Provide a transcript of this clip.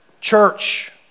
Church